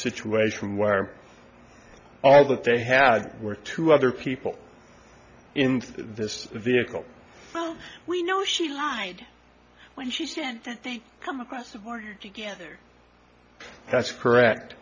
situation where all that they had were two other people in this vehicle so we know she lied when she said that they come across the border together that's correct